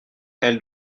elle